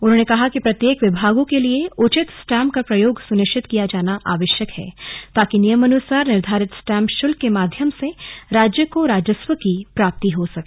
उन्होंने कहा कि प्रत्येक विभागों के लिए उचित स्टाम्प का प्रयोग सुनिश्चित किया जाना आवश्यक है ताकि नियमानुसार निर्धारित स्टाम्प शुल्क के माध्यम से राज्य को राजस्व की प्राप्ति हो सकें